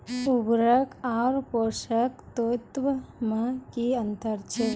उर्वरक आर पोसक तत्व मे की अन्तर छै?